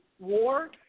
War